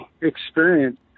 experience